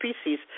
species